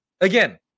again